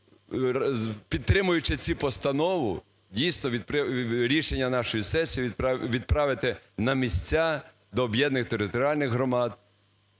підтримуючи цю постанову, дійсно, рішення нашої сесії відправити на місця до об'єднаних територіальних громад